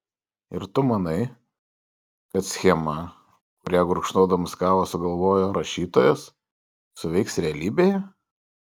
ir tu manai kad schema kurią gurkšnodamas kavą sugalvojo rašytojas suveiks realybėje